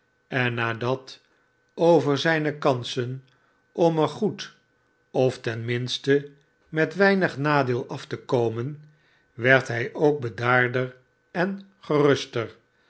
en nadacht over zijne kansen om er goed of ten minste met weinig nadeel af te komen werd hij ook bedaarder en geruster